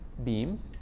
beam